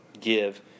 give